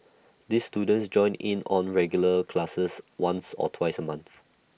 these students join in on regular classes once or twice A month